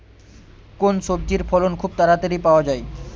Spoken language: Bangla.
কোন সবজির ফলন খুব তাড়াতাড়ি পাওয়া যায়?